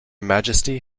majesty